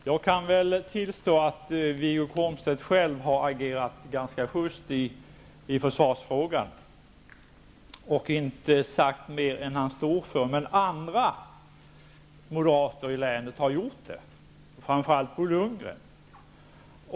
Herr talman! Jag kan tillstå att Wiggo Komstedt själv har agerat ganska schyst i försvarsfrågan och inte sagt mer än han står för, men det har andra moderater i länet gjort, framför allt Bo Lundgren.